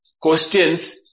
questions